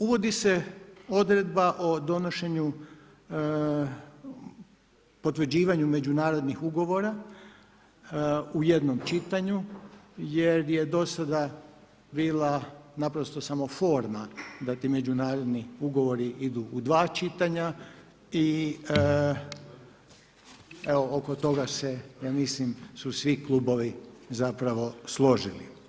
Uvodi se odredba o donošenju, potvrđivanju međunarodnih ugovora u jednom čitanju jer je do sada bila naprosto samo forma da ti međunarodni ugovori idu u dva čitanja i evo oko toga se ja mislim su svi klubovi zapravo složili.